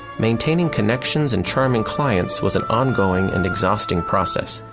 maintaining connections and charming clients was an ongoing and exhausting process.